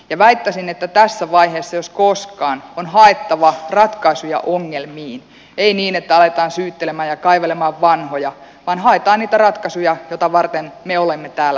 ja väittäisin että tässä vaiheessa jos koskaan on haettava ratkaisuja ongelmiin ei niin että aletaan syytellä ja kaivella vanhoja vaan haetaan niitä ratkaisuja joita varten me olemme täällä päätöksiä tekemässä